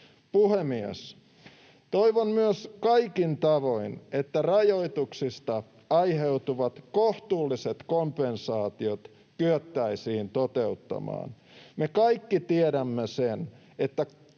Puhemies! Toivon myös kaikin tavoin, että rajoituksista aiheutuvat kohtuulliset kompensaatiot kyettäisiin toteuttamaan. Me kaikki tiedämme sen, että